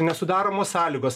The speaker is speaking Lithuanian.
nesudaromos sąlygos